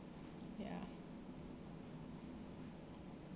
ya